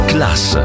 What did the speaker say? Class